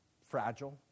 fragile